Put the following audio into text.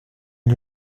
est